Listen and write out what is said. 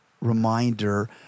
reminder